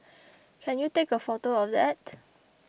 can you take a photo of that